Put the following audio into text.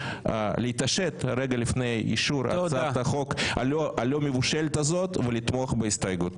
להתעשת רגע לפני אישור הצעת החוק הלא מבושלת הזאת ולתמוך בהסתייגות.